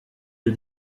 est